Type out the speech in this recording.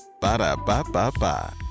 Ba-da-ba-ba-ba